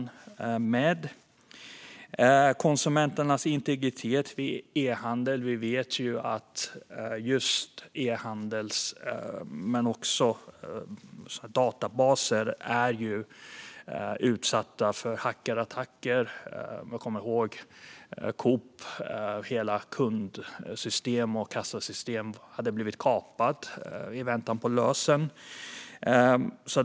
När det gäller konsumenternas integritet vid e-handel vet vi att just e-handel och databaser är utsatta för hackerattacker. Vi kommer ihåg när Coops hela kundsystem och kassasystem hade blivit kapat i väntan på lösen.